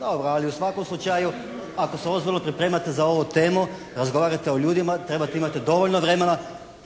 Dobro, ali u svakom slučaju ako se ozbiljno pripremate za ovu temu razgovarajte o ljudima, trebate imati dovoljno vremena.